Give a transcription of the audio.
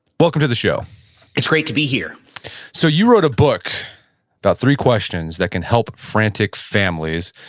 welcome to the show it's great to be here so you wrote a book about three questions that can help frantic families.